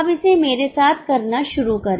अब इसे मेरे साथ करना शुरू करें